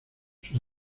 sus